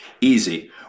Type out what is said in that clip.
easy